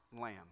lamb